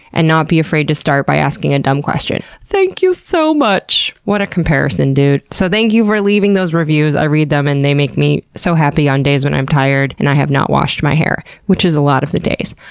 and not be afraid to start by asking a dumb question. thank you so much! what a comparison, dude. so thank you for leaving those reviews. i read them and they make me so happy on days when i'm tired and i have not washed my hair, which is a lot of the days.